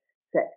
set